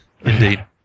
Indeed